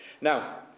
Now